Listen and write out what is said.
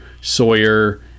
Sawyer